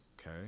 Okay